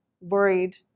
worried